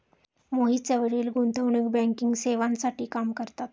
मोहितचे वडील गुंतवणूक बँकिंग सेवांसाठी काम करतात